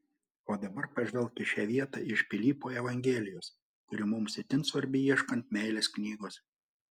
o dabar pažvelk į šią vietą iš pilypo evangelijos kuri mums itin svarbi ieškant meilės knygos